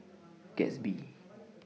Gatsby